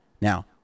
Now